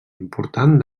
important